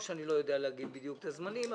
או שאני לא יודע בדיוק להגיד את הזמנים.